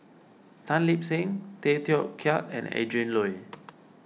Tan Lip Seng Tay Teow Kiat and Adrin Loi